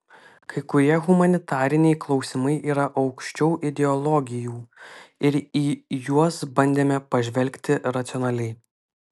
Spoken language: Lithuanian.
kai kurie humanitariniai klausimai yra aukščiau ideologijų ir į juos bandėme pažvelgti racionaliai